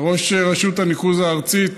ראש רשות הניקוז הארצית.